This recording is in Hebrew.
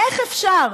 איך אפשר?